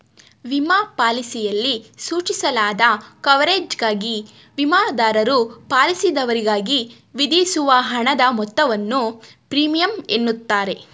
ವಿಮಾ ಪಾಲಿಸಿಯಲ್ಲಿ ಸೂಚಿಸಲಾದ ಕವರೇಜ್ಗಾಗಿ ವಿಮಾದಾರರು ಪಾಲಿಸಿದಾರರಿಗೆ ವಿಧಿಸುವ ಹಣದ ಮೊತ್ತವನ್ನು ಪ್ರೀಮಿಯಂ ಎನ್ನುತ್ತಾರೆ